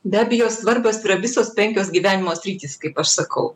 be abejo svarbios yra visos penkios gyvenimo sritys kaip aš sakau